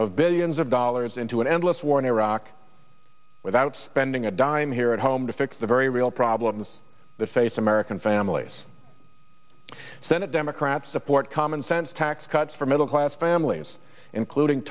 of billions of dollars into an endless war in iraq without spending a dime here at home to fix the very real problems that face american families senate democrats support common sense tax cuts for middle class families including